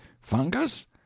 fungus